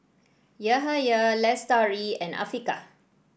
Yahaya Lestari and Afiqah